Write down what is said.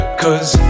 cause